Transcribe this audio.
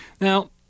Now